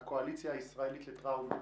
הקואליציה הישראלית לטראומה,